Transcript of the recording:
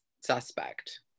suspect